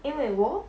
因为我